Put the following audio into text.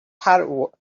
heart